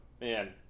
man